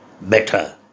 better